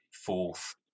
fourth